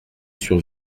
sur